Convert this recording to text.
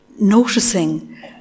noticing